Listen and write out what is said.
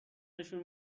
نشون